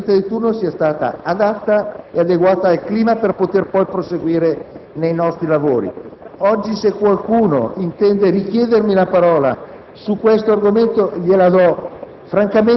dal Presidente di turno sia stata adatta e adeguata al clima per poter poi proseguire nei nostri lavori. Se qualcuno ora intende chiedere ancora la parola su quest'argomento, gliela